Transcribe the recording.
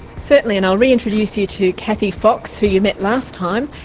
certainly, and i'll reintroduce you to kathy fox who you met last time,